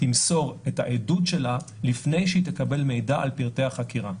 תמסור את העדות שלה לפני שהיא תקבל מידע על פרטי החקירה.